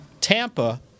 Tampa